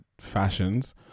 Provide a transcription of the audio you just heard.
fashions